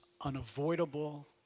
unavoidable